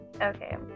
Okay